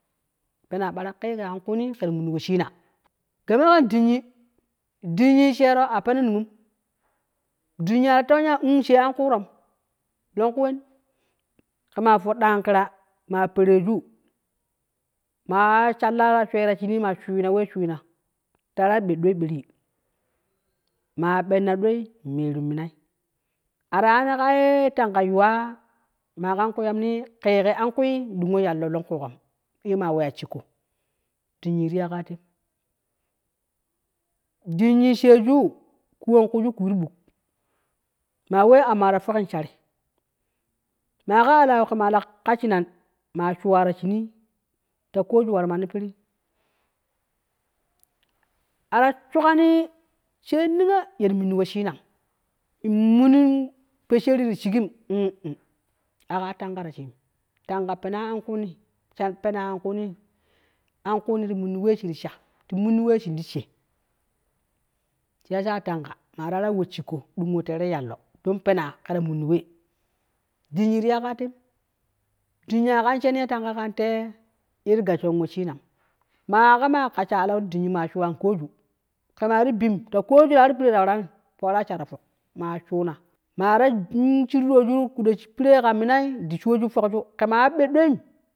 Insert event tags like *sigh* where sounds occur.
Penaa ɓara ƙe ke an kuuni ker munin weshina, game kan dinyi dinyi sheero a peno niyom, dinyi aka tewani ya umm ghee an kuurom, longku wen ke maa yodɗan kira, maa pereju maa shall ta swe ta shinii maa shuyyuna we shuyyuna taara ɓed doi ɓerii maa ɓenna doi in meerun minai, ari ari kaa ye tanga yuwaa maa kan kuyamni keye an kuni in dungo yallo longku go ye maa weya shikko dinyi ti ya kaa tem, dinyi sheeju kuwon kunju kui ti ɓok, maa wee amma ta yoki in shari, maa kala alau ke maa la kasshi nan, maa shuwa ta shinii ta kooju war manni piri ara shukkanii shee niyo yeti min ni weshinam, in munum poshe ni ti shigim *hesitation* aga tanga ta shim tanga penaa an kuuni shen penaa an kuuni an kuuni ti munin we shin ti sha, ti munni wee shin ti she, shiyasa tanga maa tara we shigko dunga teerei yallo, don penaa keta mwini we, dinyi ti ya katem dinyi kan shen ye tanga kante ye ti gasshon weshinam, maa kaama kassha alau ti dinyi ma shuwa in kooju, maƙa maa ti bim ta kooju har piree ta warani tara sha ta fok, maa shuuna maa taju shiru ɗooju ti koɗo pire kan minai ti shooju fokju ke maa ta ɓed ɗoi